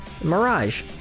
Mirage